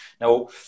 now